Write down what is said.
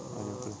oh iya ke